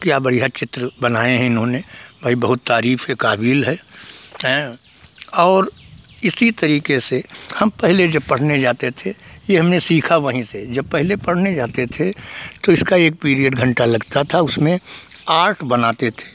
क्या बढ़िया चित्र बनाए हैं इन्होंने भई बहुत तारीफ़ के काबिल है अएं और इसी तरीके से हम पहले जब पढ़ने जाते थे यह हमने सीखा वहीं से जब पहले पढ़ने जाते थे तो इसका एक पीरियड घंटा लगता था उसमें आर्ट बनाते थे